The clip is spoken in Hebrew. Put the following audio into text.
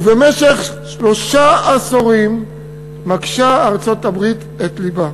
ובמשך שלושה עשורים מקשה ארצות-הברית את לבה.